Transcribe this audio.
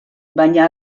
baina